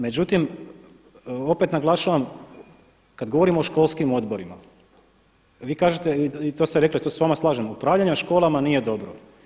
Međutim, opet naglašavam kada govorimo o školskim odborima vi kažete i to ste rekli tu se s vama slažem upravljanje školama nije dobro.